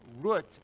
root